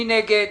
מי נגד?